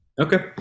Okay